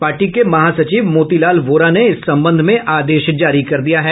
party के महासचिव मोतीलाल वोरा ने इस संबंध में आदेश जारी कर दिया है